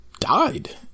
Died